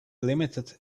limited